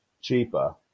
cheaper